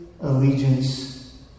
allegiance